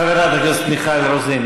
חברת הכנסת מיכל רוזין,